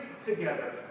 together